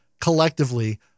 collectively